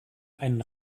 ein